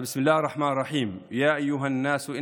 בשם האל הרחמן הרחום, אוי אנשים,